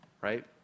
right